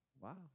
Wow